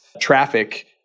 traffic